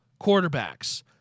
quarterbacks